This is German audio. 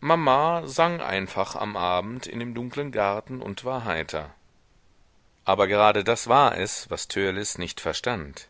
mama sang einfach am abend in dem dunklen garten und war heiter aber gerade das war es was törleß nicht verstand